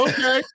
Okay